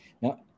Now